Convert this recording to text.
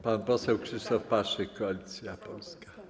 Pan poseł Krzysztof Paszyk, Koalicja Polska.